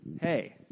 Hey